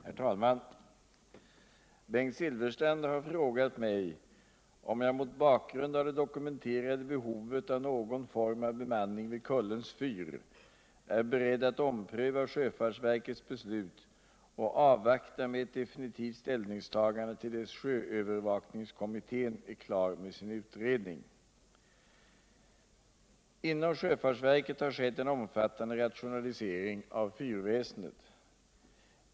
Herr talman! Bengt Silfverstrand har frågat mig om jag mot bakgrund av det dokumenterade behovet av någon form av bemanning vid Kullens fvr är beredd att ompröva sjöfartsverkets beslut och avvakta med ett definitivt ställningstagande till dess sjöövervakningskommittén är klar med sin utredning. Inom sjöfartsverket har skett en omfattande rationalisering av fyvrväsendet.